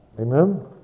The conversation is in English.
Amen